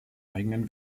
eigenen